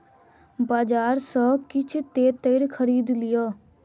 बजार सॅ किछ तेतैर खरीद लिअ